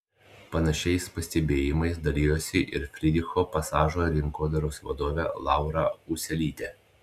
panašiais pastebėjimais dalijosi ir frydricho pasažo rinkodaros vadovė laura ūselytė